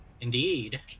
Indeed